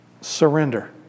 Surrender